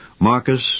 Marcus